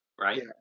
right